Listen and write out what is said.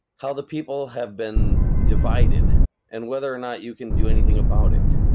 how the people have been divided and whether or not you can do anything about it.